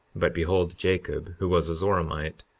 but behold, jacob, who was a zoramite,